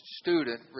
student